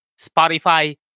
Spotify